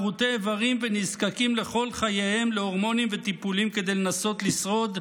כרותי איברים ונזקקים לכל חייהם להורמונים ולטיפולים כדי לנסות לשרוד?